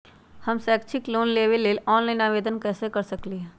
हम शैक्षिक लोन लेबे लेल ऑनलाइन आवेदन कैसे कर सकली ह?